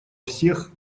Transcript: всех